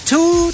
Two